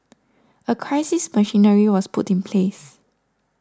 a crisis machinery was put in place